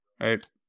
right